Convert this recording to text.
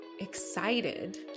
excited